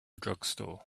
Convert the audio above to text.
drugstore